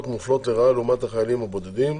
מופלות לרעה לעומת החיילים הבודדים.